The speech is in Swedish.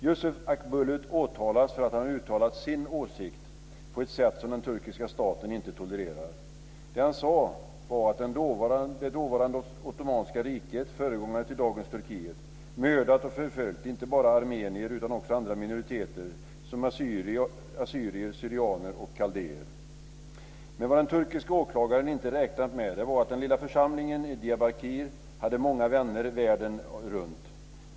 Yusuf Akbulut åtalas för att han har uttalat sin åsikt på ett sätt som den turkiska staten inte tolererar. Det han sade var att det dåvarande ottomanska riket, föregångaren till dagens Turkiet, mördat och förföljt inte bara armenier utan också andra minoriteter som assyrier/syrianer och kaldéer. Men vad den turkiske åklagaren inte hade räknat med var att den lilla församlingen i Diyarbakir hade många vänner världen runt.